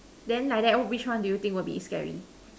then like that which one you think would be scary